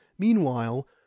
Meanwhile